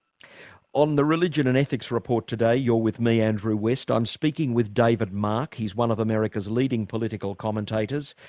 on the religion and ethics report today you're with me, andrew west. i'm speaking with david mark. he's one of america's leading political commentators,